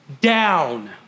down